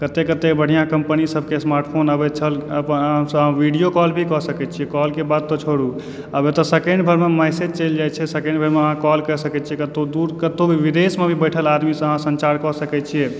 कते कते बढ़िऑं कम्पनी सबके स्मार्टफोन आबैत छल ओहि सऽ अहाँ वीडियो कॉल भी कऽ सकै छियै कॉल के बात तऽ छोड़ू आब एतऽ सेकंड भैर मे मैसेज चलि जाइ छै सेकंड भरिमे अहाँ कॉल कए सकै छियै कतौ दूर कतौ भी विदेशमे भी बैठल आदमी सऽ अहाँ संचार कऽ सकै छियै